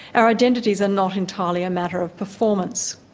our identities are not entirely a matter of performance.